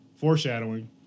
Foreshadowing